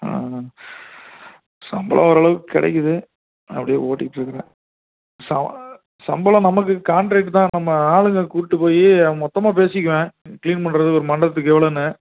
ஆ ஆ சம்பளம் ஓரளவுக்கு கிடைக்குது அதை அப்படியே ஓடிட்டிருக்குறேன் ச சம்பளம் நமக்கு காண்ட்ராட்டு தான் நம்ம ஆளுங்க கூட்டிடு போய் மொத்தமாக பேசிக்குவேன் க்ளீன் பண்ணுறது ஒரு மண்டபத்துக்கு இவ்வளோன்னு